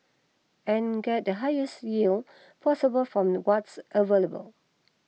and get the highest yield possible from what's available